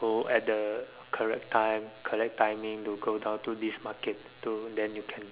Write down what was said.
go at the correct time correct timing to go down to this market to then you can